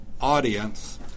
audience